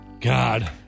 God